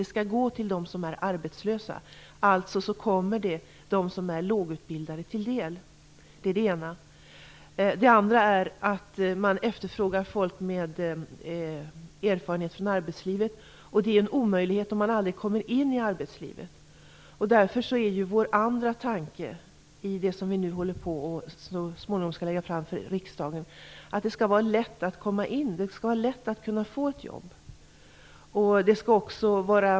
Den skall gå till dem som är arbetslösa, alltså kommer den dem som är lågutbildade till del. Det är det ena. Det andra är att man efterfrågar människor med erfarenhet från arbetslivet. Det är en omöjlighet om man aldrig kommer in i arbetslivet. Därför är vår andra tanke i det vi nu håller på med och så småningom skall lägga fram för riksdagen att det skall vara lätt att kunna få ett jobb.